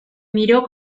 miró